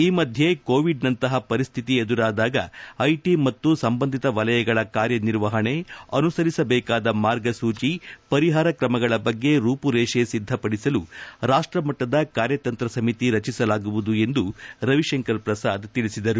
ಈ ಮಧ್ಯೆ ಕೋವಿಡ್ ಕೊನಂತಹ ಪರಿಸ್ಥಿತಿ ಎದುರಾದಾಗ ಐಟಿ ಮತ್ತು ಸಂಬಂಧಿತ ವಲಯಗಳ ಕಾರ್ಯನಿರ್ವಹಣೆ ಅನುಸರಿಸಬೇಕಾದ ಮಾರ್ಗಸೂಚಿ ಪರಿಹಾರ ಕ್ರಮಗಳ ಬಗ್ಗೆ ರೂಪುರೇಷೆ ಸಿದ್ದಪಡಿಸಲು ರಾಷ್ಟ ಮಟ್ಟದ ಕಾರ್ಯತಂತ್ರ ಸಮಿತಿ ರಚಿಸಲಾಗುವುದು ಎಂದು ರವಿಶಂಕರ್ ಪ್ರಸಾದ್ ತಿಳಿಸಿದ್ದಾರೆ